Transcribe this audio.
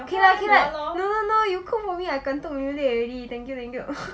okay lah okay lah no no no you cook for me I 感动流泪 already thank you thank you